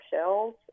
shells